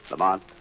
Lamont